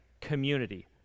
community